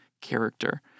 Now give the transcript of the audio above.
character